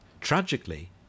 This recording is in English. Tragically